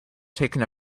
taking